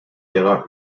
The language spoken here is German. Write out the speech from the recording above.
ihrer